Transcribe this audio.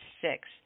six